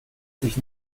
sich